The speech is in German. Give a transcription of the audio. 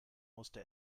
musste